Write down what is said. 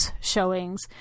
showings